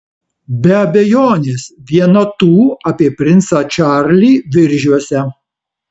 be abejonės viena tų apie princą čarlį viržiuose